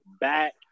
back